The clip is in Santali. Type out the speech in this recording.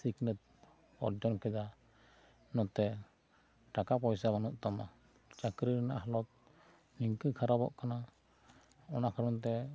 ᱥᱤᱠᱷᱱᱟᱹᱛ ᱚᱨᱡᱚᱱ ᱠᱮᱫᱟ ᱱᱚᱛᱮ ᱴᱟᱠᱟ ᱯᱚᱭᱥᱟ ᱵᱟᱹᱱᱩᱜ ᱛᱟᱢᱟ ᱪᱟᱹᱠᱨᱤ ᱨᱮᱱᱟᱜ ᱦᱟᱞᱚᱛ ᱤᱱᱠᱟᱹ ᱠᱷᱟᱨᱟᱯᱚᱜ ᱠᱟᱱᱟ ᱚᱱᱟ ᱠᱟᱨᱚᱱ ᱛᱮ